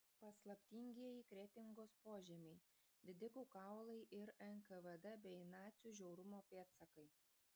paslaptingieji kretingos požemiai didikų kaulai ir nkvd bei nacių žiaurumo pėdsakai